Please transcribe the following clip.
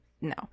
No